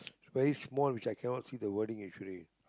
very small which I cannot see the wording actually